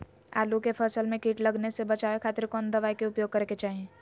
आलू के फसल में कीट लगने से बचावे खातिर कौन दवाई के उपयोग करे के चाही?